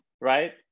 Right